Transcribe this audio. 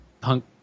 punk